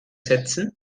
setzen